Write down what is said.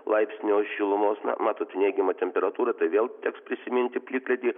laipsnio šilumos na matot neigiama temperatūra tai vėl teks prisiminti plikledį